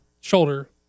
shoulder